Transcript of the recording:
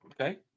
Okay